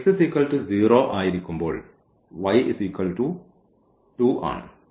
x0 ആയിരിക്കുമ്പോൾ y2 ആണ്